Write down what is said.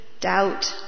doubt